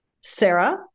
Sarah